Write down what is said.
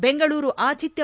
Bengaluru ಆತಿಥ್ಲ